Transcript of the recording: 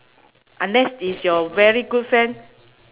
unless is your very good friend